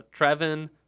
Trevin